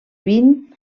vint